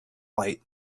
light